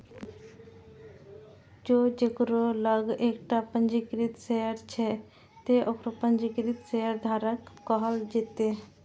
जों केकरो लग एकटा पंजीकृत शेयर छै, ते ओकरा पंजीकृत शेयरधारक कहल जेतै